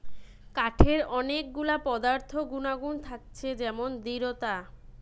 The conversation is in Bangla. কাঠের অনেক গুলা পদার্থ গুনাগুন থাকতিছে যেমন দৃঢ়তা